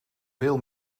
veel